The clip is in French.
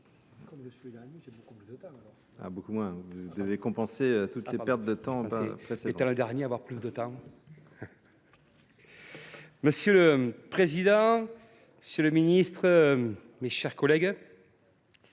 Monsieur le président, monsieur le ministre, mes chers collègues,